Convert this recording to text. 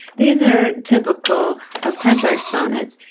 these are typical of petrarch's sonnets,